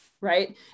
right